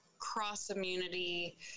cross-immunity